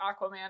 Aquaman